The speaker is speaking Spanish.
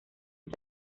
sus